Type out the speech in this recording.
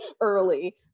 Early